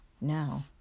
Now